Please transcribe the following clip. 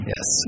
Yes